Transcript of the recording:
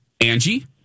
Angie